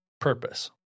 purpose